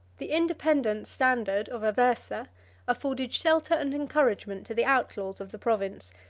the independent standard of aversa afforded shelter and encouragement to the outlaws of the province,